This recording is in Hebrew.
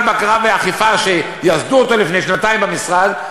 בקרה ואכיפה שייסדו לפני שנתיים במשרד,